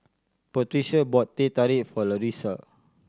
Patrica bought Teh Tarik for Larissa